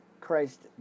Christ